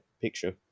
picture